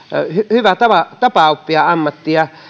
hyvä tapa oppia ammattia